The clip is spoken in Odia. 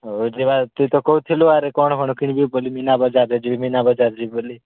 ହଉ ହଉ ଯିବା ତୁ ତ କହୁଥିଲୁ ଆରେ କ'ଣ କ'ଣ କିଣିଯିବୁ ବୋଲି ମୀନାବଜାରରେ ଯିବି ମୀନାବଜାର ଯିବି ବୋଲି